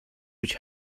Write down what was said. which